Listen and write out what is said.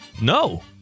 No